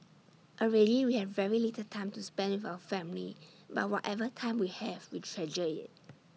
already we have very little time to spend with our family but whatever time we have we treasure IT